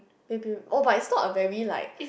maybe oh but it's not a very like